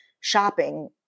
shopping